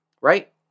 right